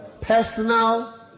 personal